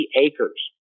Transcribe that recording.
acres